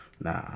nah